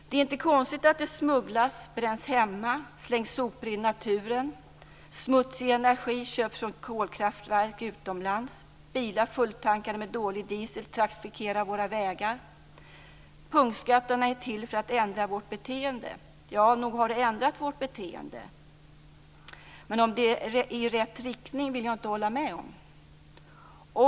Det är inte konstigt att det smugglas, bränns hemma, slängs sopor i naturen och köps smutsig energi från kolkraftverk utomlands. Bilar fulltankade med dålig diesel trafikerar våra vägar. Punktskatterna är till för att ändra vårt beteende. Ja, nog har de ändrat vårt beteende, men jag vill inte hålla med om att det är i rätt riktning.